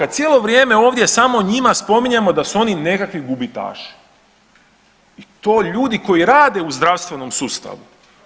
Cijelo vrijeme ovdje samo njima spominjemo da su oni nekakvi gubitaši i to ljudi koji rade u zdravstvenom sustavu.